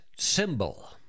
Symbol